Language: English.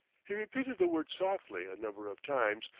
he repeated the word softly a number of times,